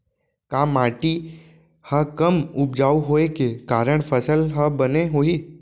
का माटी हा कम उपजाऊ होये के कारण फसल हा बने होही?